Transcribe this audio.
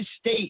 state